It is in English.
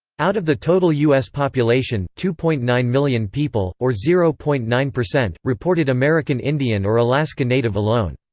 out of the total u s. population, two point nine million people, or zero point nine percent, reported american indian or alaska native alone.